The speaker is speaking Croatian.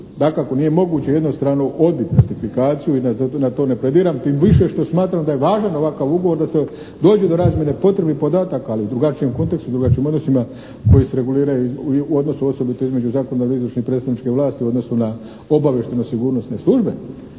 dakako nije moguće jednostrano odbiti ratifikaciju i na to ne plediram, tim više što smatram da je važan ovakav ugovor da se dođe do razmjene potrebnih podataka, ali u drugačijem kontekstu, u drugačijim odnosima koji se reguliraju u odnosu osobito između zakonodavne i izvršne i predstavničke vlasti u odnosu na obavještajno sigurnosne službe.